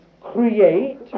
create